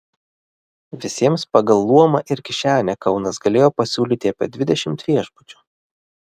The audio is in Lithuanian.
visiems pagal luomą ir kišenę kaunas galėjo pasiūlyti apie dvidešimt viešbučių